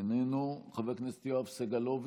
איננו, חבר הכנסת יואב סגלוביץ'